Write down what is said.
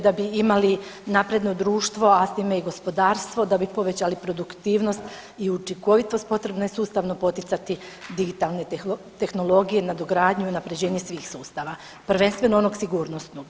Da bi imali napredno društvo, a s time i gospodarstvo, da bi povećali produktivnost i učinkovitost potrebno je sustavno poticati digitalne tehnologije, nadogradnju i unapređenje svih sustava prvenstveno onog sigurnosnog.